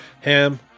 Ham